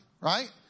right